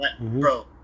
bro